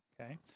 okay